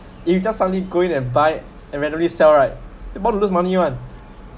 if you just suddenly go in and buy and randomly sell right you about lose money one